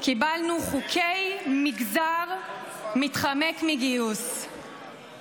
קיבלנו "חוקי מגזר מתחמק מגיוס";